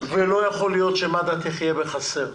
ולא יכול להיות שמד"א יחיה בחסר,